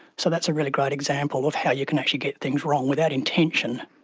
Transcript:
so that's a really great example of how you can actually get things wrong without intention,